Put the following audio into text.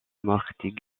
marque